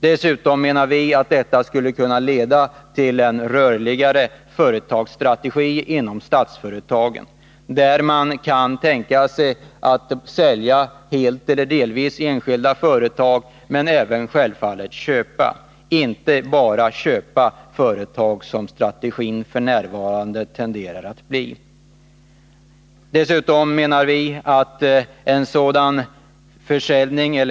Dessutom skulle detta enligt vår mening leda till en rörligare företagsstrategi inom Statsföretagsgruppen, som får möj ghet att helt eller delvis sälja enskilda företag, men självfallet också att köpa sådana. Strategin blir inte att enbart köpa företag, vilket tendensen f. n. pekar på.